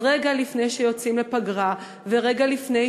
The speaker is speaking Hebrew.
אז רגע לפני שיוצאים לפגרה ורגע לפני